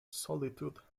solitude